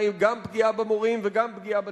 היא גם פגיעה במורים וגם פגיעה בתלמידים.